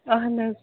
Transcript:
اَہن حظ